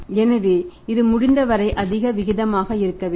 எனவே இது முடிந்தவரை அதிக விகிதமாக இருக்க வேண்டும்